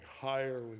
higher